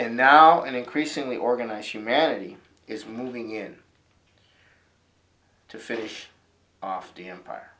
and now and increasingly organize humanity is moving in to fish off the empire